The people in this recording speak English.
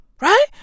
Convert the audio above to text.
right